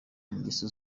ingeso